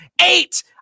eight